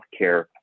healthcare